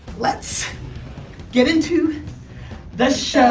let's get into the show.